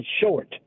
short